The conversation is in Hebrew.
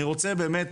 אני רוצה באמת